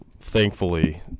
thankfully